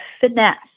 finesse